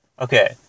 Okay